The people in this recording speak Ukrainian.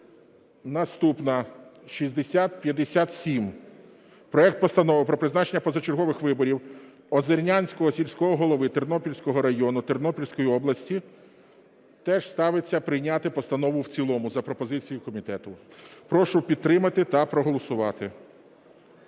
Наступна 6057, проект Постанови про призначення позачергових виборів Озернянського сільського голови Тернопільського району Тернопільської області, теж ставиться прийняти Постанову в цілому, за пропозицією комітету. Прошу підтримати та проголосувати.